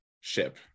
ship